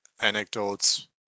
anecdotes